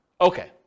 Okay